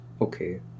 okay